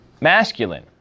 masculine